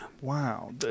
Wow